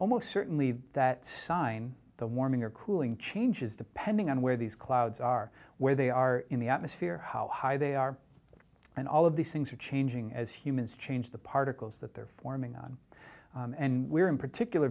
almost certainly that sign the warming or cooling changes depending on where these clouds are where they are in the atmosphere how high they are and all of these things are changing as humans change the particles that they're forming on and we're in particular